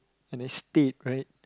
and then state right